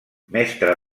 mestre